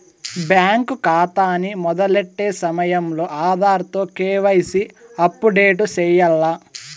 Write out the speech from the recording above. bank కాతాని మొదలెట్టే సమయంలో ఆధార్ తో కేవైసీని అప్పుడేటు సెయ్యాల్ల